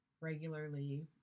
regularly